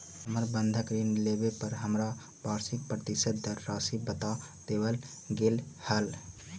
हमर बंधक ऋण लेवे पर हमरा वार्षिक प्रतिशत दर राशी बता देवल गेल हल